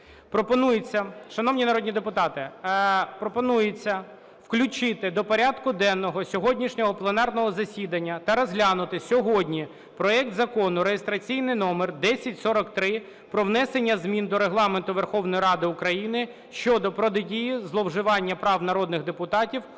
Пропонується, шановні народні депутати, пропонується включити до порядку денного сьогоднішнього пленарного засідання та розглянути сьогодні проект Закону (реєстраційний номер 1043) про внесення змін до Регламенту Верховної Ради України щодо протидії зловживання прав народних депутатів